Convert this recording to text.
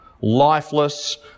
lifeless